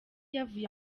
yavuye